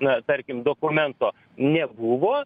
na tarkim dokumento nebuvo